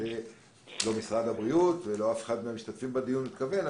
לא משרד הבריאות ולא אף אחד מהמשתתפים בדיון התכוון,